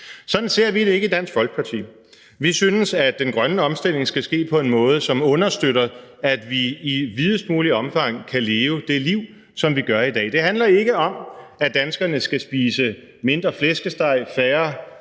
Sådan ser vi det ikke i Dansk Folkeparti. Vi synes, at den grønne omstilling skal ske på en måde, som understøtter, at vi i videst muligt omfang kan leve det liv, som vi gør i dag. Det handler ikke om, at danskerne skal spise mindre flæskesteg, færre